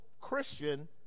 Christian